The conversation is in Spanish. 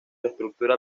estructura